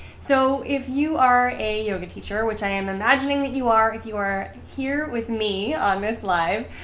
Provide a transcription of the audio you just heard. so, if you are a yoga teacher which i am imagining that you are, if you are here with me on this live,